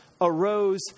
arose